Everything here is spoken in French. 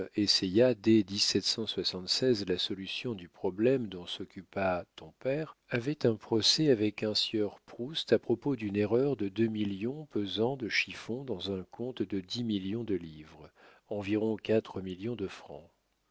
essaya dès la solution du problème dont s'occupa ton père avait un procès avec un sieur proust à propos d'une erreur de deux millions pesant de chiffons dans un compte de dix millions de livres